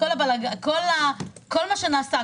כל מה שנעשה,